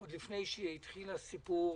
עוד לפני שהתחיל הסיפור